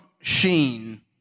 sheen